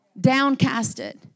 downcasted